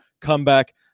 comeback